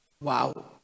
Wow